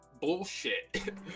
bullshit